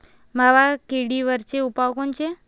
मावा किडीवरचे उपाव कोनचे?